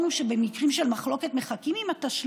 הוא שבמקרים של מחלוקת מחכים עם התשלום.